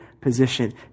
position